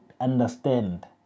understand